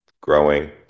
growing